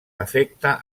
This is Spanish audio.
afecta